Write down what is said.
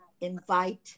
invite